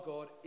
God